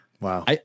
Wow